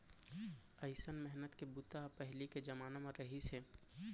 अइसन मेहनत के बूता ह पहिली के जमाना म रहिस हे